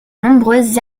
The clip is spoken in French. nombreuses